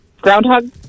Groundhog